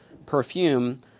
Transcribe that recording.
Perfume